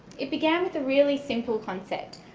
it began with really simple concept,